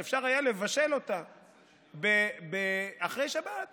שאפשר היה לבשל אותה אחרי שבת